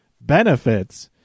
benefits